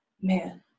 man